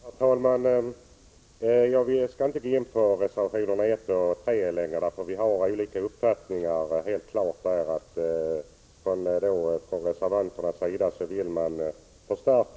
Herr talman! Nog kan riksdagen göra uttalanden, men jag är inte alldeles övertygad om att riksdagen för den skull behöver slå in öppna dörrar.